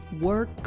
Work